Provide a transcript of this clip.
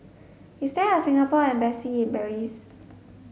is there a Singapore embassy in Belize